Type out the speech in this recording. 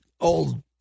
old